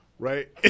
Right